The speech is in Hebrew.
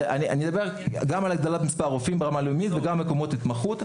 אני מדבר גם על הגדלת מספר הרופאים ברמה הלאומית וגם על מקומות התמחות.